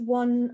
one